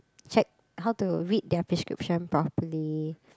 check how to read their prescription properly